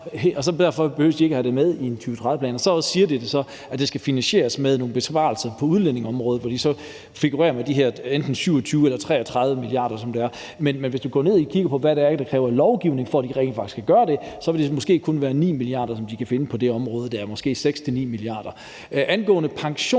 og derfor behøver de ikke have det med i en 2030-plan. Så siger de så, at det skal finansieres med nogle besparelser på udlændingeområdet, hvor tallene så figurerer – de her enten 27 eller 33 mia kr. Men hvis du kigger på, hvad det er, det kræver af lovgivning, for at de rent faktisk kan gøre det, vil det måske kun være 9 mia. kr., de kan finde på det område der – måske 6-9 mia. kr. Angående pensionsalderen